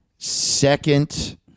Second